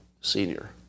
senior